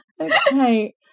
okay